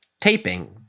taping